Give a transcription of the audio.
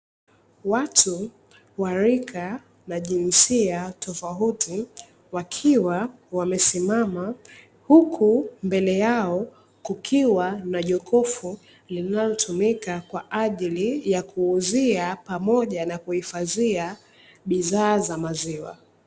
Watu wa rika la jinsia tofauti, wakiwa wamesimama huku mbele yao kukiwa na jokofu linalotumika kwaajili ya kuuzia pamoja na kuhifadhia bidhaaa za maziwa.